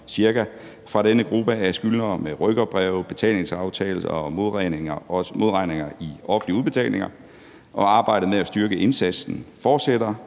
fra denne gruppe af skyldnere med rykkerbreve, betalingsaftaler og også modregninger i offentlige udbetalinger, og arbejdet med at styrke indsatsen